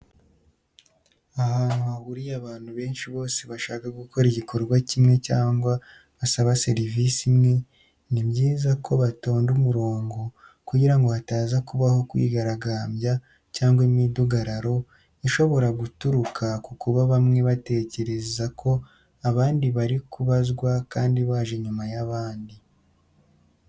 Ahantu hahuriye abantu benshi bose bashaka gukora igikorwa kimwe cyangwa basaba serivisi imwe, ni byiza ko batonda umurongo kugira ngo hataza kubaho kwigaragambya cyangwa imidugarararo, ishobora guturuka ku kuba bamwe batekerezako abandi barikubazwa kandi baje nyuma y'abandi.